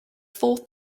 four